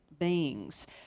beings